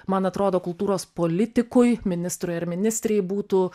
man atrodo kultūros politikui ministrui ar ministrei būtų